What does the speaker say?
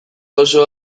oso